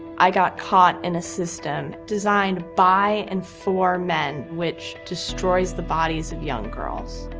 i got caught in a system designed by and for men, which destroys the bodies of young girls.